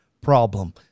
problem